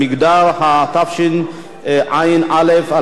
התשע"א 2010,